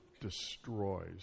destroys